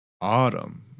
Autumn